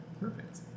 Perfect